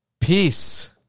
Peace